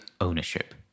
ownership